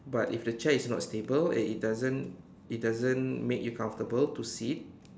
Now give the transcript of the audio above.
but if the chair is not stable and it doesn't it doesn't make you comfortable to sit